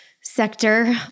sector